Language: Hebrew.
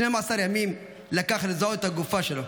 12 ימים לקח לזהות את הגופה שלו,